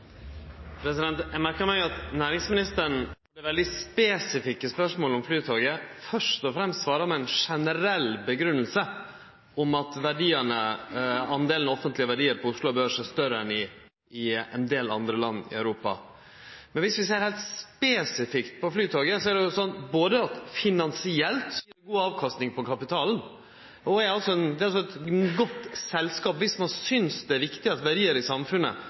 meg at næringsministeren på veldig spesifikke spørsmål om Flytoget først og fremst svarar med ei generell grunngjeving om at delen av offentlege verdiar på Oslo Børs er større enn i ein del andre land i Europa. Men om vi ser heilt spesifikt på Flytoget, er det jo sånn at det finansielt er god avkasting på kapitalen. Det er altså eit godt selskap om ein synest det er viktig at verdiar i samfunnet